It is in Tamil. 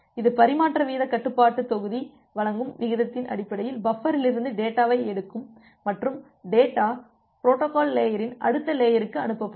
இது பரிமாற்ற வீதக் கட்டுப்பாட்டு தொகுதி வழங்கும் விகிதத்தின் அடிப்படையில் பஃபரிலிருந்து டேட்டாவை எடுக்கும் மற்றும் டேட்டா பொரோட்டோகால் லேயரின் அடுத்த லேயருக்கு அனுப்பப்படும்